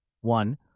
one